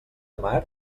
mar